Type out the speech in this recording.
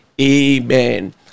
Amen